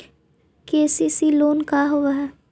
KCC loan का होब हइ?